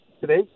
today